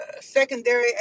secondary